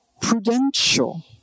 prudential